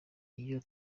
iyo